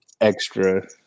extra